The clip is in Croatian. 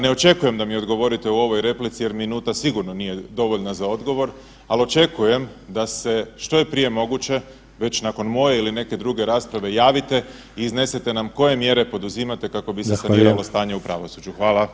Ne očekujem da mi odgovorite u ovoj replici jer minuta sigurno nije dovoljna za odgovor, ali očekujem da se što je prije moguće već nakon moje ili neke druge rasprave javite i iznesete nam koje mjere poduzimate kako biti saniralo stanje u pravosuđu.